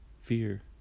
fear